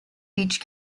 beach